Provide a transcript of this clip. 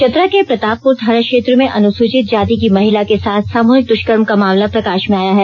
चतरा के प्रतापपुर थाना क्षेत्र में अनुसूचित जाति की महिला के साथ सामूहिक दुष्कर्म का मामला प्रकाश में आया है